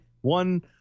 one